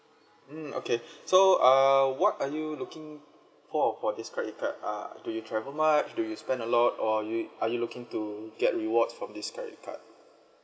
mm okay so err what are you looking for for this credit card uh do you travel much do you spend a lot or you are you looking to get rewards from this credit card